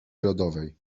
rodowej